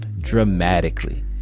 dramatically